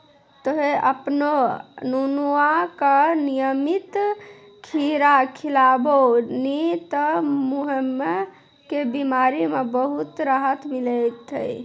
तोहॅ आपनो नुनुआ का नियमित खीरा खिलैभो नी त मधुमेह के बिमारी म बहुत राहत मिलथौं